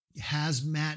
hazmat